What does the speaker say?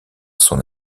son